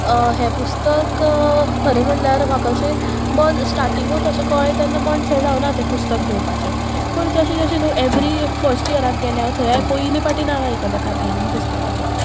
हें पुस्तक खरें म्हणल्यार म्हाका अशें मन स्टाटींगूच अशें कळ्ळें तेन्ना मनशें जावना तें पुस्तक घेवपाचें पूण जशें जशें न्हू एवरी फस्ट इयराक गेलें हांव थंय हांवें पयलीं पाटी नांव आयकलें कार्मिलीन पुस्तकाचें